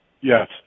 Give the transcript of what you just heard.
Yes